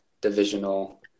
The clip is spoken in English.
divisional